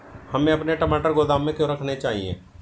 हमें अपने टमाटर गोदाम में क्यों रखने चाहिए?